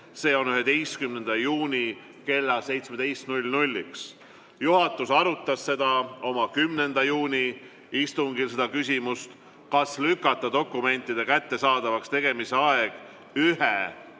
s.o 11. juuni kella 17-ks. Juhatus arutas oma 10. juuni istungil seda küsimust, kas lükata dokumentide kättesaadavaks tegemise aeg ühe